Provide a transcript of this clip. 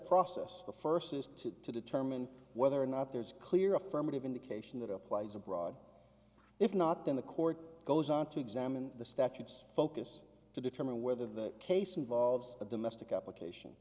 process the first is to determine whether or not there is clear affirmative indication that applies abroad if not then the court goes on to examine the statutes focus to determine whether the case involves a domestic up occasion